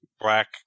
black